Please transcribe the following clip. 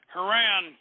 Haran